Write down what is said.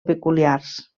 peculiars